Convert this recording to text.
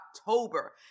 October